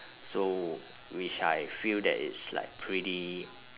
so which I feel that it's like pretty